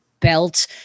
belt